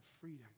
freedom